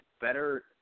better